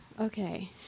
okay